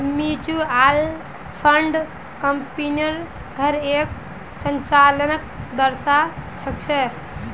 mutual fund कम्पनीर हर एक संचालनक दर्शा छेक